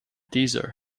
deezer